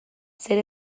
zer